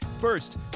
First